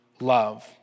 love